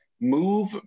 move